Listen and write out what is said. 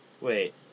Wait